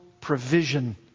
provision